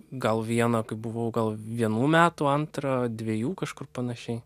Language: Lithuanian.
gal vieną kai buvau gal vienų metų antrą dviejų kažkur panašiai